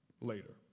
later